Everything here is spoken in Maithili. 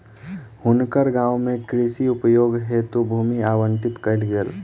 हुनकर गाम में कृषि उपयोग हेतु भूमि आवंटित कयल गेल